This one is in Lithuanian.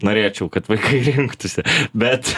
norėčiau kad vaikai rinktųsi bet